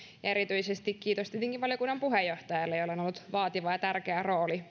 ja erityisesti kiitos tietenkin valiokunnan puheenjohtajalle jolla on ollut vaativa ja tärkeä rooli